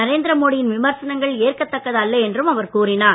நரேந்திர மோடி யின் விமர்சனங்கள் ஏற்கத்தக்கது அல்ல என்றும் அவர் கூறினார்